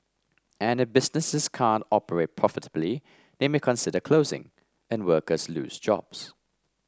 and if businesses can't operate profitably they may consider closing and workers lose jobs